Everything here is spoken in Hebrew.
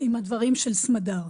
עם הדברים של סמדר.